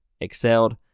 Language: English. excelled